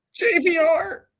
JVR